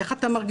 איך אתה מרגיש',